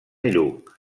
lluc